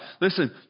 Listen